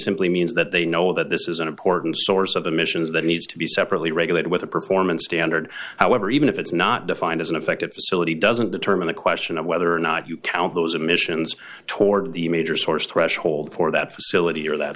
simply means that they know that this is an important source of the missions that needs to be separately regulated with a performance standard however even if it's not defined as an effective facility doesn't determine the question of whether or not you count those emissions toward the major source threshold for that facility or that